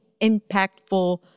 impactful